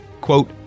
Quote